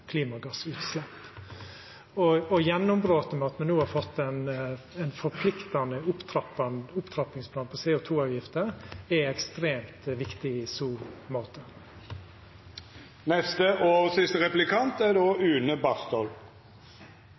klimagassutslepp. Gjennombrotet, at me no har fått ein forpliktande opptrappingsplan for CO2-avgifter, er ekstremt viktig i